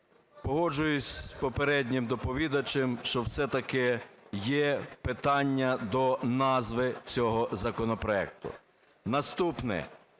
Погоджуюсь з попереднім доповідачем, що все-таки є питання до назви цього законопроекту. Наступне.